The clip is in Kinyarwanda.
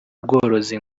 bworozi